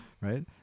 right